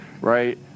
right